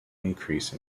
increase